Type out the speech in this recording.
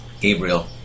Gabriel